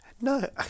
No